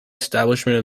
establishment